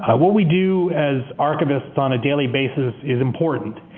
what we do as archivists on a daily basis is important,